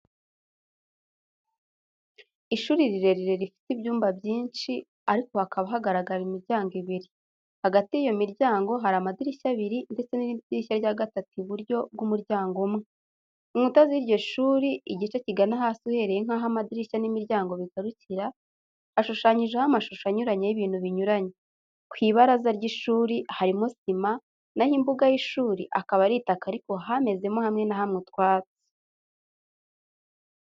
Ishuri rirerire rifite ibyumba byinshi ariko hakaba hagaragara imiryango ibiri, hagati y'iyo miryango hari amadirishya abiri ndetse n'irindi dirishya rya gatatu iburyo bw'umuryango umwe, inkuta z'iryo shuri, igice kigana hasi uhereye nk'aho amadirishya n'imiryango bigarukira, hashushanyijeho amashusho anyuranye y'ibintu binyuranye, ku ibaraza ry'ishuri harimo sima naho imbuga y'ishuri, akaba ari itaka ariko hamezemo hamwe na hamwe utwatsi.